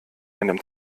einem